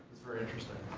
very interesting.